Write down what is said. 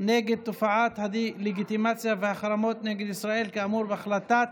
נגד תופעת הדה-לגיטימציה והחרמות נגד ישראל כאמור בהחלטת